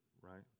Right